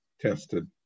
tested